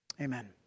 Amen